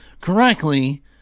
correctly